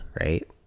right